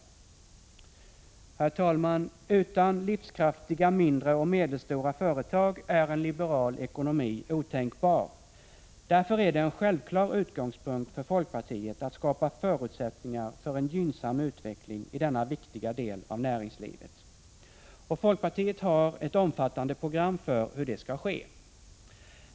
Herr talman! Utan livskraftiga mindre och medelstora företag är en liberal ekonomi otänkbar. Därför är det en självklar utgångspunkt för folkpartiet att skapa förutsättningar för en gynnsam utveckling i denna viktiga del av näringslivet. Folkpartiet har ett omfattande program för hur det skall ske.